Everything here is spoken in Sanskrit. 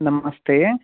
नमस्ते